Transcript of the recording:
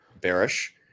bearish